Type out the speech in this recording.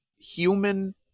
human-